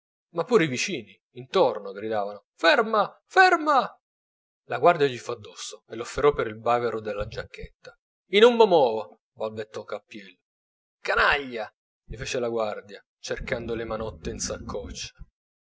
ma pur i vicini intorno gridavano ferma ferma la guardia gli fu addosso e lo afferrò per il bavero della giacchetta io non mi movo balbettò cappiello canaglia gli fece la guardia cercando le manotte in saccoccia